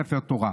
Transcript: ספר תורה.